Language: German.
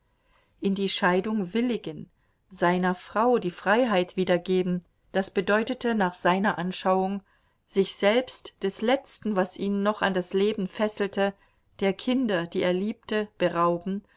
in die scheidung willigen seiner frau die freiheit wiedergeben das bedeutete nach seiner anschauung sich selbst des letzten was ihn noch an das leben fesselte der kinder die er liebte berauben